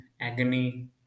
agony